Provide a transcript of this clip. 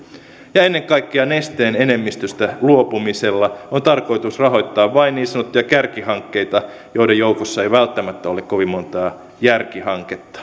ennen kaikkea nesteen enemmistöstä luopumisella on tarkoitus rahoittaa vain niin sanottuja kärkihankkeita joiden joukossa ei välttämättä ole kovin montaa järkihanketta